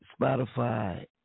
Spotify